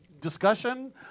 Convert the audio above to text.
discussion